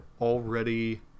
already